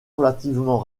relativement